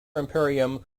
imperium